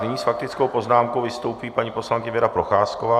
Nyní s faktickou poznámkou vystoupí paní poslankyně Věra Procházková.